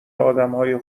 آدمهای